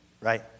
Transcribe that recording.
right